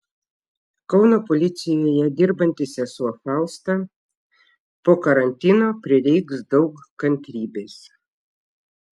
kauno policijoje dirbanti sesuo fausta po karantino prireiks daug kantrybės